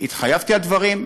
התחייבתי על דברים,